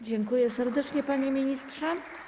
Dziękuję serdecznie, panie ministrze.